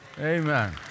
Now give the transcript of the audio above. Amen